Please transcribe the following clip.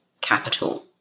capital